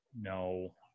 No